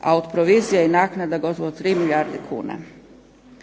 a od provizija i naknada gotovo 3 milijarde kuna.